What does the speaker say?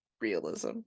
realism